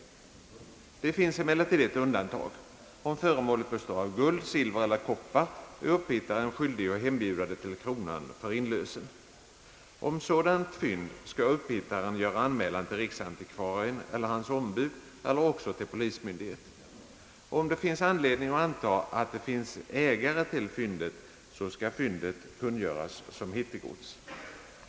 Det finns emellertid ett undantag. Om föremålet består av guld, silver eller koppar, är upphittaren skyldig att hembjuda det till kronan för inlösen. Om sådant fynd skall uppbhittaren göra anmälan till riksantikvarien eller hans ombud eller också till polismyndighet. Om det då finns anledning att anta, att det finns ägare till föremålet, skall fyndet kungöras som hittegods.